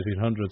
1800s